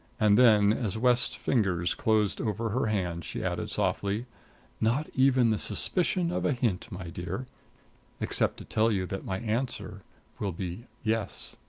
and then, as west's fingers closed over her hand, she added softly not even the suspicion of a hint, my dear except to tell you that my answer will be yes.